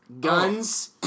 Guns